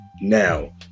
now